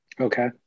Okay